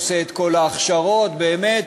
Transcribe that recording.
עושה את כל ההכשרות באמת,